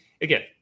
again